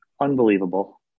unbelievable